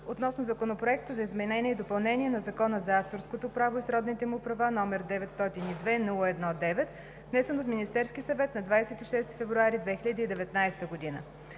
Законопроект за изменение и допълнение на Закона за авторското право и сродните му права, № 902-01-9, внесен от Министерския съвет на 26 февруари 2019 г.